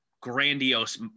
grandiose